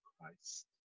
Christ